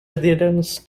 adherence